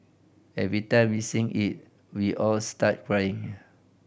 every time we sing it we all start crying